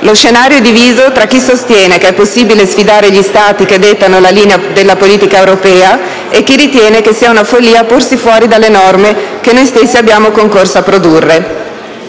Lo scenario è diviso tra chi sostiene che è possibile sfidare gli Stati che dettano la linea della politica europea e chi ritiene che sia una follia porsi fuori dalle norme che noi stessi abbiamo concorso a produrre.